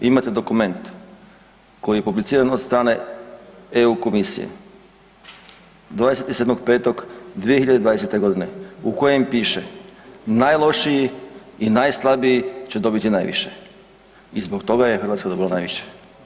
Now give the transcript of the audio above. Imate dokument koji je publiciran od strane EU komisije, 27.5.2020.g. u kojem piše najlošiji i najslabiji će dobiti najviše i zbog toga je Hrvatska dobila najviše.